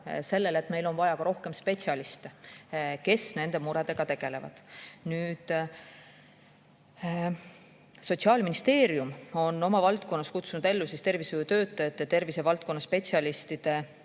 sellele, et meil on vaja rohkem spetsialiste, kes nende muredega tegelevad. Sotsiaalministeerium on oma valdkonnas kutsunud ellu tervishoiutöötajate, tervisevaldkonna spetsialistide